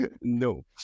No